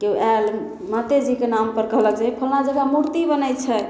केओ आएल मातेजीके नामपर कहलक जे हे फल्लाँ जगह मुरति बनै छै